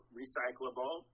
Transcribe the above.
recyclable